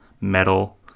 metal